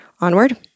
Onward